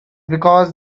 because